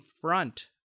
front